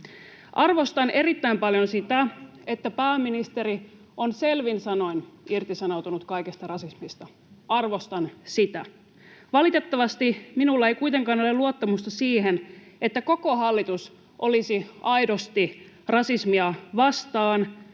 Arvostan erittäin paljon sitä, että pääministeri on selvin sanoin irtisanoutunut kaikesta rasismista, arvostan sitä. Valitettavasti minulla ei kuitenkaan ole luottamusta siihen, että koko hallitus olisi aidosti rasismia vastaan,